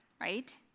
right